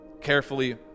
carefully